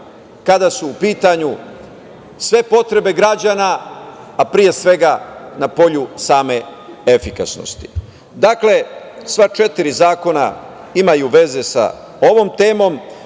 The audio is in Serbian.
kada su u pitanju sve potrebe građana, a pre svega na polju same efikasnosti. Dakle, sva četiri zakona imaju veze sa ovom temom,